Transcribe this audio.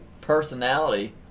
personality